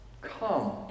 come